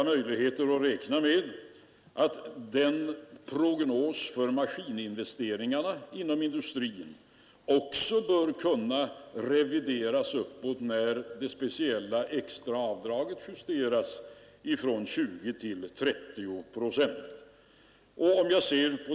Möjligen bör också prognosen för maskininvesteringarna inom industrin kunna revideras uppåt när det extra avdraget justeras från 20 till 30 procent.